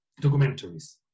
documentaries